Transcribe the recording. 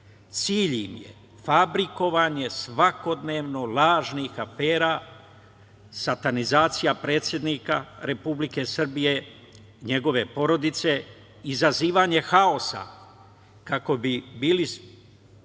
Cilj im je fabrikovanje svakodnevno lažnih afera, satanizacija predsednika Republike Srbije, njegove porodice, izazivanje haosa kako bi bili spremili